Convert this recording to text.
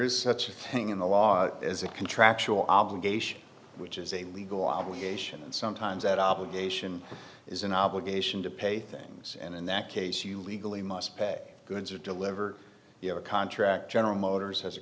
is such a thing in the law as a contractual obligation which is a legal obligation and sometimes that obligation is an obligation to pay things and in that case you legally must pack goods or deliver a contract general motors has a